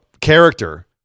character